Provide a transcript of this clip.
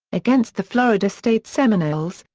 against the florida state seminoles,